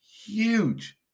huge